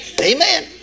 Amen